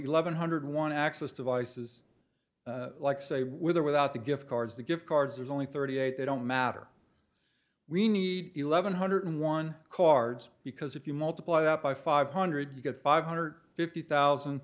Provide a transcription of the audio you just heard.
eleven hundred one access devices like say with or without the gift cards the gift cards there's only thirty eight i don't matter we need eleven hundred one cards because if you multiply that by five hundred you get five hundred fifty thousand